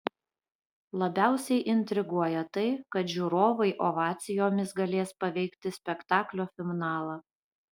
labiausiai intriguoja tai kad žiūrovai ovacijomis galės paveikti spektaklio finalą